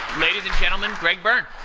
ladies and gentlemen, greg birne.